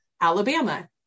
Alabama